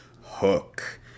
hook